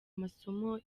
masomo